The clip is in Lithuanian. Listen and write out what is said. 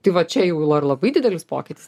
tai va čia jau ar ar labai didelis pokytis